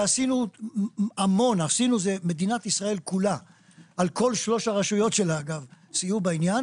ועשינו המון; כל שלוש הרשויות של מדינת ישראל סייעו בעניין